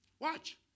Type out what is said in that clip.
Watch